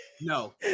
no